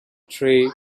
tray